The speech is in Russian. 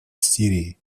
сирии